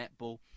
netball